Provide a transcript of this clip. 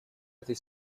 этой